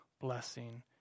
blessing